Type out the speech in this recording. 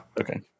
Okay